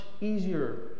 easier